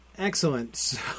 Excellent